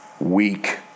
Weak